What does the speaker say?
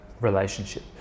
relationship